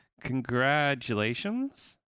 Congratulations